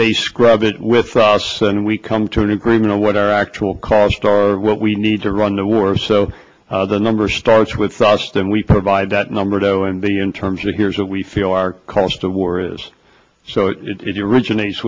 they scrub it with us and we come to an agreement on what our actual costs are what we need to run the war so the number starts with us then we provide that number though and be in terms of here's what we feel our cost of war is so if you're rich